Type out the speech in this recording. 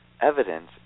evidence